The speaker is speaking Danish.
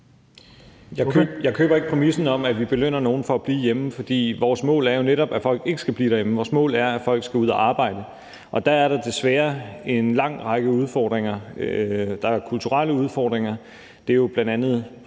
jeg køber ikke præmissen om, at vi belønner nogle for at blive hjemme, for vores mål er jo netop, at folk ikke skal blive derhjemme. Vores mål er, at folk skal ud at arbejde. Der er der desværre en lang række udfordringer. Der er kulturelle udfordringer, og det er der jo bl.a.